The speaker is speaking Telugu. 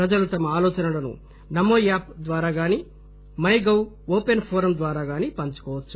ప్రజలు తమ ఆలోచనలను నమో యాప్ ద్వారా గానీ మై గవ్ ఓపెన్ ఫోరం ద్వారా గాని పంచుకోవచ్చు